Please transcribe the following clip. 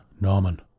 Norman